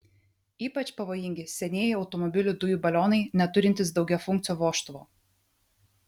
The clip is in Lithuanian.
ypač pavojingi senieji automobilių dujų balionai neturintys daugiafunkcio vožtuvo